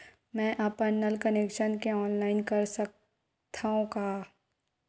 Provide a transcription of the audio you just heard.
मैं अपन नल कनेक्शन के ऑनलाइन कर सकथव का?